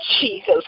Jesus